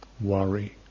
worry